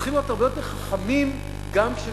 צריכים להיות הרבה יותר חכמים גם כשמבקרים.